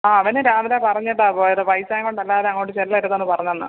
ആ അവന് രാവിലെ പറഞ്ഞിട്ടാണു പോയത് പൈസേങ്കൊണ്ടല്ലാതെ അങ്ങോട്ട് ചെല്ലരുതെന്ന് പറഞ്ഞെന്ന്